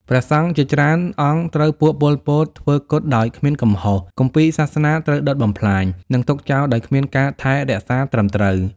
ព្រះសង្ឃជា ច្រើនអង្គត្រូវពួក ប៉ុល ពត ធ្វើគតដោយគ្មានកំហុស គម្ពីរសាសនាត្រូវដុតបំផ្លាញ និង ទុកចោលដោយគ្មានការថែរក្សាត្រឹមត្រូវ ។